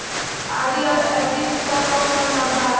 RD और FD क कौन कौन लाभ बा?